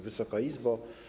Wysoka Izbo!